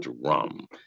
rum